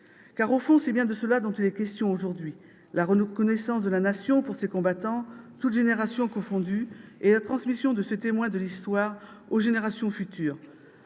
Car, au fond, c'est bien de cela qu'il est question aujourd'hui : la reconnaissance de la Nation pour ses combattants, toutes générations confondues, et la transmission de ce témoin de l'Histoire aux générations futures.